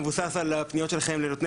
אבל זה הסקר שמבוסס על הפניות שלכם לנותני